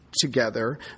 together